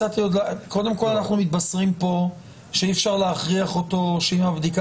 אנחנו מתבשרים פה שאי אפשר להכריח אותו שאם הבדיקה